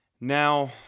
Now